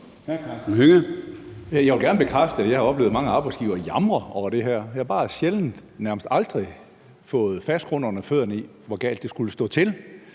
Jeg vil gerne bekræfte, at jeg har oplevet mange arbejdsgivere jamre over det her. Det har bare sjældent, nærmest aldrig, fået fast grund under fødderne, i forhold til hvor galt det skulle stå til.